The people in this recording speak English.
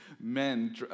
men